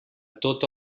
tota